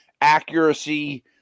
accuracy